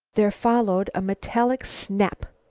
there followed a metallic snap,